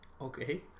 Okay